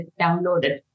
downloaded